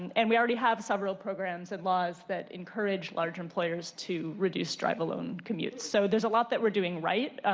and we already have several programs and laws that encourage large employers to reduce drive alone commute. so there's a lot we are doing right.